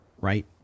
right